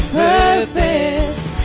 purpose